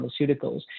Pharmaceuticals